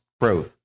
growth